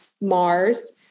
Mars